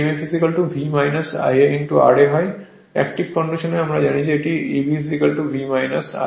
emf V Ia ra active কন্ডিশনে আমরা জানি যে তাই এটি Eb V Ia ra হবে